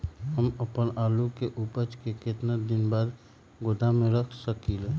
हम अपन आलू के ऊपज के केतना दिन बाद गोदाम में रख सकींले?